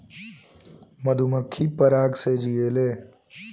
मधुमक्खी पराग से जियेले